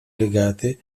legate